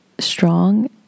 Strong